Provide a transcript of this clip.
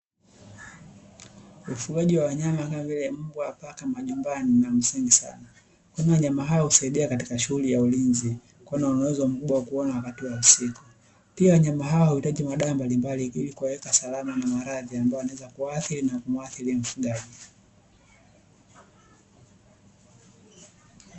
Ufugaji wa wanyama kama vile mbwa paka wa majumbani ni wa msingi sana, wanyama hao husahidia katika shughuli ya ulinzi kwani wana uwezo mkubwa wa kuona wakati wa usiku, pia wanyama hao uleta madawa mbalimbli ili kuwaweka salama na maradhi yatakayo waathiri na kumuathiri mfugaji.